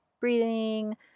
breathing